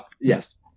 yes